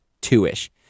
two-ish